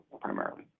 primarily